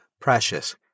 precious